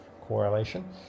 correlation